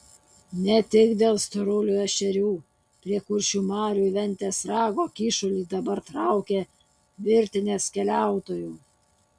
ne tik dėl storulių ešerių prie kuršių marių į ventės rago kyšulį dabar traukia virtinės keliautojų